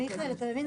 מיכאל אתה מבין,